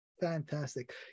fantastic